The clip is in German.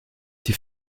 die